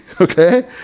Okay